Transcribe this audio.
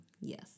Yes